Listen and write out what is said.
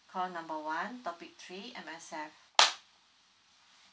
call number one topic three M_S_F